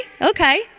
okay